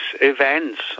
events